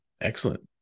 excellent